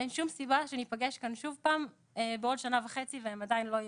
אין שום סיבה שניפגש כאן שוב פעם בעוד שנה וחצי והם עדיין לא ייושמו.